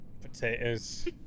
potatoes